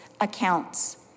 accounts